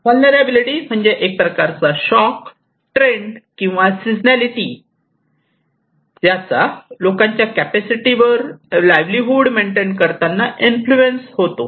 vulnerability म्हणजे एक प्रकारचा शॉक ट्रेंड किंवा सीजनलिटी ज्याचा लोकांच्या कॅपॅसिटी वर लाईव्हलीहूड मेंटेन करताना इन्फ्लुएन्स होतो